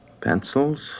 Pencils